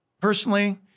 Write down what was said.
Personally